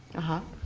ah huh.